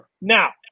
Now